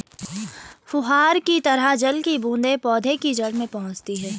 फुहार की तरह जल की बूंदें पौधे के जड़ में पहुंचती है